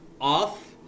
off